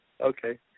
Okay